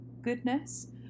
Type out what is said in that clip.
goodness